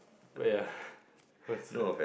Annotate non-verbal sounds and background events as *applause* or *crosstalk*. wait ah *laughs*